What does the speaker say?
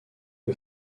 peu